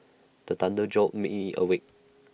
the thunder jolt me awake